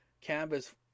canvas